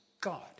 God